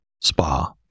spa